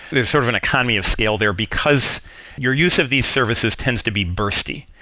there's sort of an economy of scale there because your use of these services tends to be bursty.